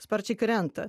sparčiai krenta